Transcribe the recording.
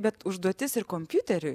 bet užduotis ir kompiuteriui